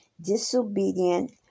disobedient